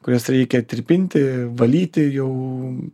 kurias reikia tirpinti valyti jau